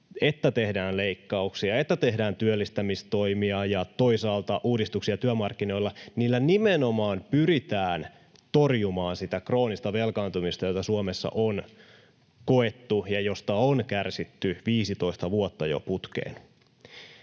että tehdään leikkauksia, että tehdään työllistämistoimia ja toisaalta uudistuksia työmarkkinoilla, nimenomaan pyritään torjumaan sitä kroonista velkaantumista, jota Suomessa on koettu ja josta on kärsitty 15 vuotta jo putkeen.